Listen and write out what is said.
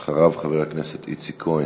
אחריו, חבר הכנסת איציק כהן.